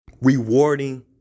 rewarding